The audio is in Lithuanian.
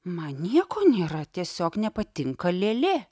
man nieko nėra tiesiog nepatinka lėlė